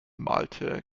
malte